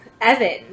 Evan